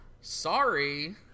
sorry